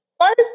First